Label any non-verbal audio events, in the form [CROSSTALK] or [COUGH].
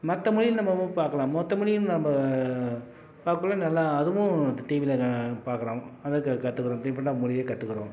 மற்ற மொழிகள் நம்ம [UNINTELLIGIBLE] பார்க்கலாம் மற்ற மொழிகளும் நாம பார்க்கக்குள்ள நல்லா அதுவும் அந்த டிவியில பார்க்கலாம் அதை க கற்றுக்குறோம் டிஃப்ரண்ட் ஆஃப் மொழிய கற்றுக்குறோம்